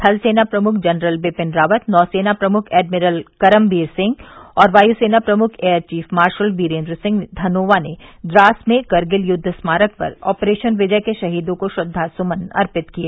थलसेना प्रमुख जनरल बिपिन रावत नौसेना प्रमुख एडमिरल करमबीर सिंह और वायसेना प्रमुख air chief marshal Birendra Singh Dhanoa ने द्रास में करगिल युद्ध स्मारक पर ऑपरेशन विजय के शहीदों को श्रद्वासुमन अर्पित किए